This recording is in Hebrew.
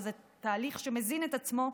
וזה תהליך שמזין את עצמו,